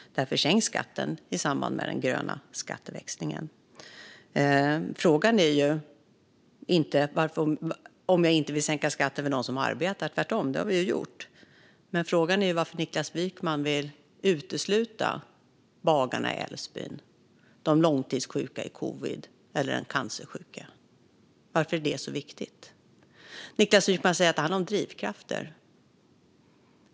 Därför sänks skatten i samband med den gröna skatteväxlingen. Frågan är inte om jag inte vill sänka skatten för dem som arbetar. Det har vi gjort. Frågan är varför Niklas Wykman vill utesluta bagarna i Älvsbyn, de långtidssjuka i covid-19 eller cancersjuka. Varför är det så viktigt? Niklas Wykman säger att det handlar om drivkrafter.